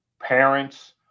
parents